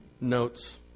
notes